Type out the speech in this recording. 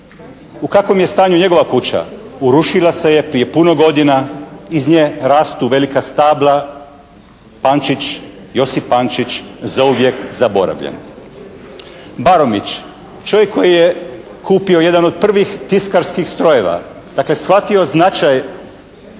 U kakvom je stanju njegova kuća? Urušila se je prije puno godina. Iz nje rastu velika stabla. Pančić, Josip Pančić zauvijek zaboravljen. Barumić, čovjek koji je kupio jedan od prvih tiskarskih strojeva, dakle shvatio značaj